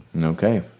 okay